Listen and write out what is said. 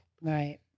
Right